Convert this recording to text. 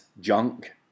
junk